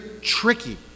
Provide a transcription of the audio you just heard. tricky